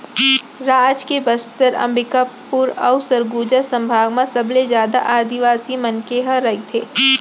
राज के बस्तर, अंबिकापुर अउ सरगुजा संभाग म सबले जादा आदिवासी मनखे ह रहिथे